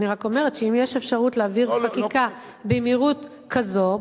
אני רק אומרת שאם יש אפשרות להעביר חקיקה במהירות כזאת,